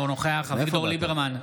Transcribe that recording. אינו נוכח אביגדור ליברמן,